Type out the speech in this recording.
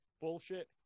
bullshit